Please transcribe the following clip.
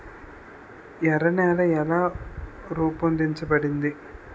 ఎర్ర నేల ఎలా రూపొందించబడింది?